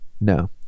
no